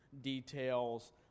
details